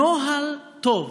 הנוהל טוב,